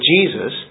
Jesus